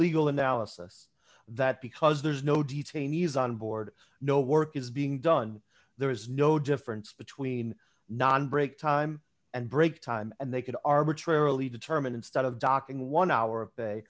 legal analysis that because there is no detainees on board no work is being done there is no difference between non break time and break time and they could arbitrarily determine instead of docking one hour